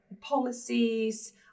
policies